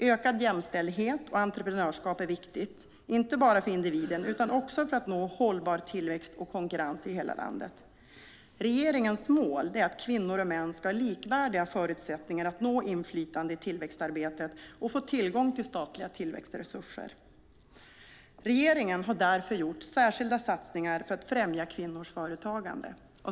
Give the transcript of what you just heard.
Ökad jämställdhet och entreprenörskap är viktigt, inte bara för individen utan också för att nå en hållbar tillväxt och konkurrens i hela landet. Regeringens mål är att kvinnor och män ska ha likvärdiga förutsättningar att nå inflytande i tillväxtarbetet och få tillgång till statliga tillväxtresurser. Regeringen har därför gjort särskilda satsningar för att främja kvinnors företagande.